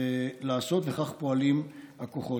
לעשות, וכך פועלים הכוחות.